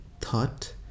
thought